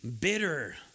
bitter